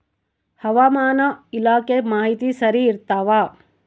ಹವಾಮಾನ ಇಲಾಖೆ ಮಾಹಿತಿ ಸರಿ ಇರ್ತವ?